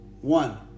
One